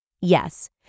Yes